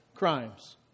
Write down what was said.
crimes